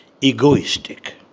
egoistic